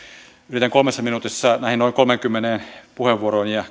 yritän kolmessa minuutissa näihin noin kolmeenkymmeneen puheenvuoroon ja